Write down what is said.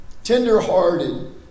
Tenderhearted